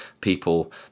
people